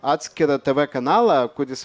atskirą tv kanalą kuris